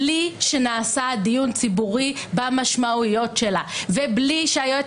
בלי שנעשה דיון ציבורי במשמעויות שלה ובלי שהיועץ